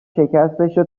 شکستشو